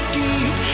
deep